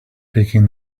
taking